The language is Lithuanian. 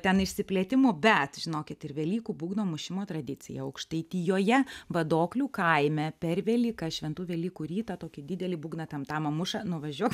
ten išsiplėtimų bet žinokit ir velykų būgno mušimo tradicija aukštaitijoje vadoklių kaime per velykas šventų velykų rytą tokį didelį būgną tamtamą muša nuvažiuok